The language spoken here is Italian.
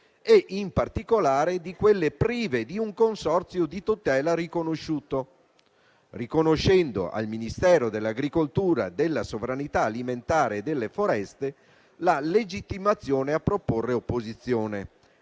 e in particolare di quelle prive di un consorzio di tutela riconosciuto, riconoscendo al Ministero dell'agricoltura, della sovranità alimentare e delle foreste la legittimazione a proporre opposizione